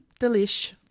Delish